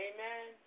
Amen